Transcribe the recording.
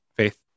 faith